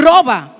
Roba